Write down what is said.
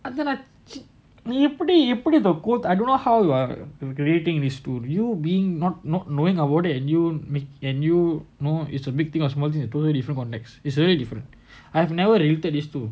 and then I நீஎப்படிஇப்படி:ni eppadi ippadi you put in a quote I don't know I don't know how you are creating these to you being not not knowing about it and you making and you know it's a big thing or small thing I told you different or next is really different I have never related this to